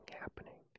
happening